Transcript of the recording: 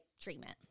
treatment